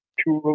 two